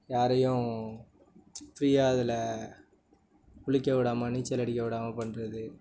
யாரையும் ஃப்ரீயாக அதில் குளிக்க விடாம நீச்சல் அடிக்கவிடாம பண்ணுறது